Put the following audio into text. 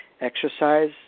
Exercise